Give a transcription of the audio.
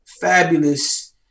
fabulous